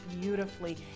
beautifully